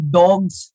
dogs